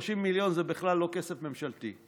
30 מיליון זה בכלל לא כסף ממשלתי.